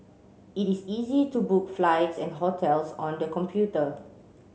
it is easy to book flights and hotels on the computer